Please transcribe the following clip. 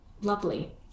lovely